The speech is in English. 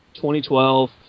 2012